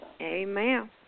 Amen